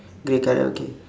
grey colour okay